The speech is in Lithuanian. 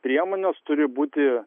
priemonės turi būti